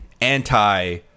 anti